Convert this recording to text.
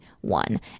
one